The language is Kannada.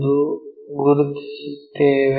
ಎಂದು ಗುರುತಿಸುತ್ತೇವೆ